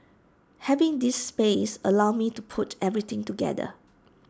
having this space allowed me to put everything together